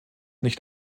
nicht